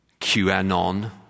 QAnon